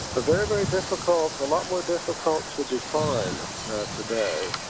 but very, very difficult, a lot more difficult to define today,